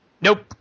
Nope